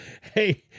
Hey